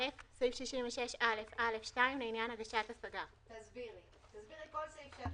(א)סעיף 66א(א)(2) לעניין הגשת השגה; תסבירי כל סעיף שאת